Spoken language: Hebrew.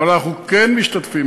אבל אנחנו כן משתתפים,